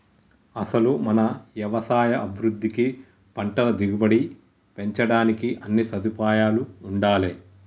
అసలు మన యవసాయ అభివృద్ధికి పంటల దిగుబడి పెంచడానికి అన్నీ సదుపాయాలూ ఉండాలే